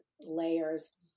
layers